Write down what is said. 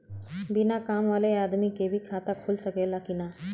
बिना काम वाले आदमी के भी खाता खुल सकेला की ना?